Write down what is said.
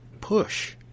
push